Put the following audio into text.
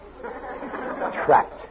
Trapped